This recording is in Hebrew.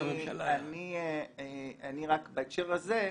בהקשר הזה,